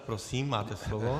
Prosím, máte slovo.